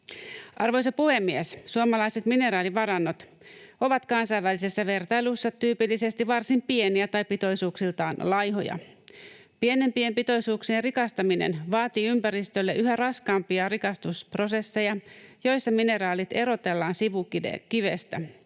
Arvoisa puhemies! Suomalaiset mineraalivarannot ovat kansainvälisessä vertailussa tyypillisesti varsin pieniä tai pitoisuuksiltaan laihoja. Pienempien pitoisuuksien rikastaminen vaatii ympäristölle yhä raskaampia rikastusprosesseja, joissa mineraalit erotellaan sivukivestä.